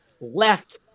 left